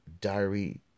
Diary